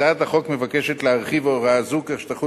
הצעת החוק מבקשת להרחיב הוראה זו כך שתחול